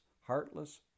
heartless